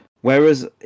Whereas